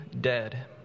dead